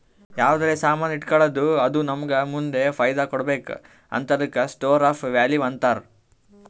ಯಾವ್ದರೆ ಸಾಮಾನ್ ಇಟ್ಗೋಳದ್ದು ಅದು ನಮ್ಮೂಗ ಮುಂದ್ ಫೈದಾ ಕೊಡ್ಬೇಕ್ ಹಂತಾದುಕ್ಕ ಸ್ಟೋರ್ ಆಫ್ ವ್ಯಾಲೂ ಅಂತಾರ್